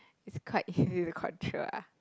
is quite easy to control ah